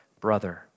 brother